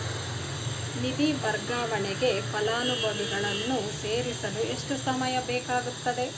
ನಿಧಿ ವರ್ಗಾವಣೆಗೆ ಫಲಾನುಭವಿಗಳನ್ನು ಸೇರಿಸಲು ಎಷ್ಟು ಸಮಯ ಬೇಕಾಗುತ್ತದೆ?